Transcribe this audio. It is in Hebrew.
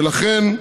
ולכן,